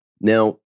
Now